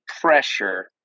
pressure